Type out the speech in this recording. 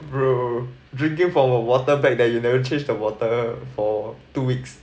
bro drinking from a water bag that you never change the water for two weeks